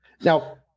Now